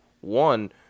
one